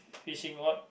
fishing rod